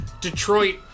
Detroit